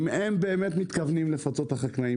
אם הם באמת מתכוונים לפצות את החקלאים